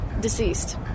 deceased